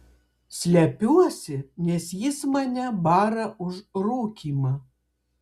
slepiuosi nes jis mane bara už rūkymą